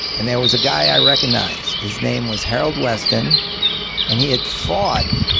and there was a guy i recognized. his name was harold weston and he had fought